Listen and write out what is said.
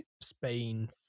Spain